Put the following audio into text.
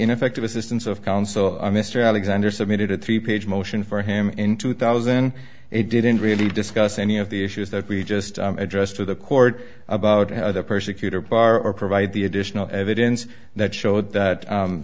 ineffective assistance of counsel mr alexander submitted a three page motion for him in two thousand it didn't really discuss any of the issues that we just addressed to the court about how the persecutor bar provide the additional evidence that showed that